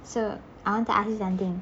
so I want to ask you something